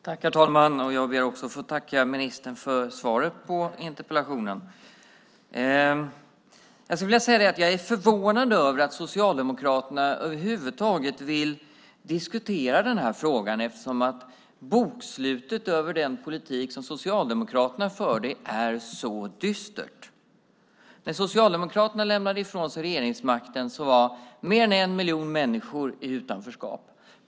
Herr talman! Jag vill också tacka ministern för svaret på interpellationen. Jag är förvånad över att Socialdemokraterna över huvud taget vill diskutera den här frågan. Bokslutet över den politik som Socialdemokraterna förde är ju så dystert. När Socialdemokraterna lämnade ifrån sig regeringsmakten var mer än en miljon människor i utanförskap.